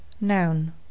noun